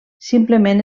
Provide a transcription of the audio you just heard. simplement